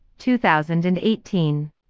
2018